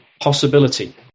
possibility